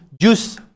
juice